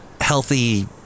healthy